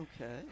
Okay